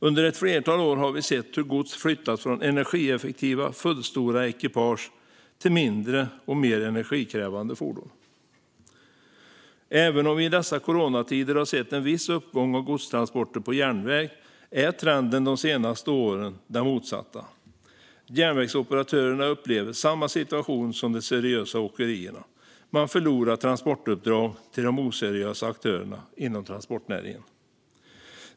Under ett flertal år har vi sett hur gods flyttats från energieffektiva, fullstora ekipage till mindre och mer energikrävande fordon. Även om vi i dessa coronatider har sett en viss uppgång av godstransporter på järnväg är trenden de senaste åren den motsatta. Järnvägsoperatörerna upplever samma situation som de seriösa åkerierna: Man förlorar transportuppdrag till de oseriösa aktörerna inom transportnäringen.